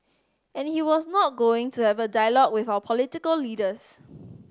and he was not going to have a dialogue with our political leaders